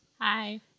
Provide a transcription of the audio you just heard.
Hi